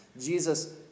Jesus